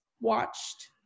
watched